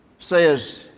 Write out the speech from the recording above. says